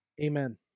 Amen